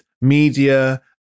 media